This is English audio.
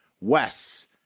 Wes